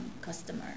customer